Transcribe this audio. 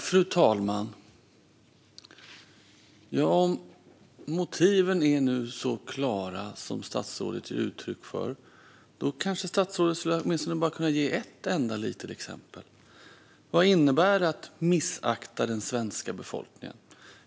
Fru talman! Om motiven nu är så klara som statsrådet ger uttryck för kanske statsrådet kan ge åtminstone ett exempel? Vad innebär det att missakta den svenska befolkningen?